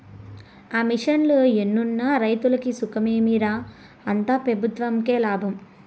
ఆ మిషన్లు ఎన్నున్న రైతులకి సుఖమేమి రా, అంతా పెబుత్వంకే లాభం